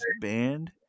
banned